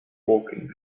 woking